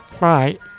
Right